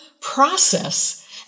process